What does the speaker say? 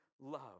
love